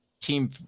team